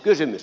kysymys